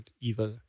evil